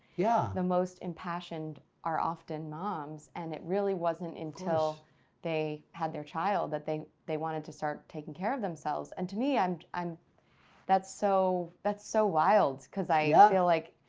yeah the most impassioned are often moms and it really wasn't until they had their child that they they wanted to start taking care of themselves and to me, and um that's so that's so wild because i ah feel like,